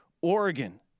Oregon